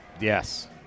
Yes